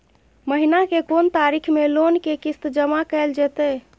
महीना के कोन तारीख मे लोन के किस्त जमा कैल जेतै?